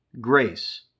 grace